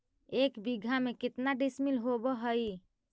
एक बीघा में केतना डिसिमिल होव हइ?